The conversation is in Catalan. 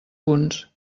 punts